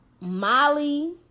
Molly